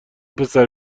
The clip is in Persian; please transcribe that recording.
پسر